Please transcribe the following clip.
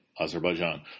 Azerbaijan